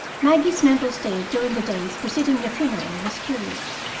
maggie's mental state during the days preceding the funeral was curious.